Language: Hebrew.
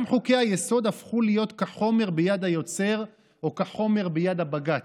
גם חוקי-היסוד הפכו להיות כחומר ביד היוצר או כחומר ביד הבג"ץ.